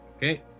Okay